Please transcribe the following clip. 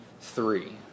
three